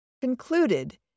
concluded